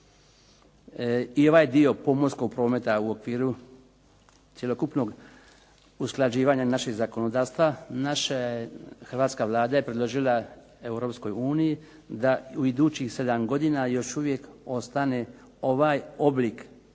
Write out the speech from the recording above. i ovaj dio pomorskog prometa u okviru cjelokupnog usklađivanja naših zakonodavstva, naša Hrvatska Vlada je predložila Europskoj uniji da u idućih 7 godina još uvijek ostane ovaj oblik prometa